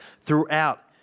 throughout